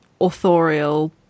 authorial